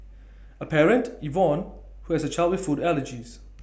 A parent Yvonne who has A child with food allergies